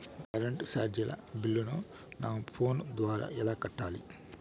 Current చార్జీల బిల్లును, నా ఫోను ద్వారా ఎలా కట్టాలి?